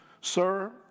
Sir